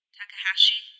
Takahashi